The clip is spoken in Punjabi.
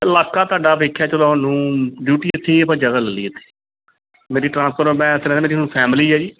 ਇਲਾਕਾ ਤੁਹਾਡਾ ਵੇਖਿਆ ਚਲੋ ਸਾਨੂੰ ਡਿਊਟੀ ਇੱਥੇ ਹੀ ਆਪਾਂ ਜਗ੍ਹਾ ਲੈ ਲਈ ਇੱਥੇ ਮੇਰੀ ਟ੍ਰਾਂਸਫਰ ਆ ਮੈਂ ਇੱਥੇ ਰਹਿੰਦਾ ਮੇਰੀ ਹੁਣ ਫੈਮਲੀ ਹੈ ਜੀ